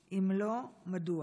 6. אם לא, מדוע?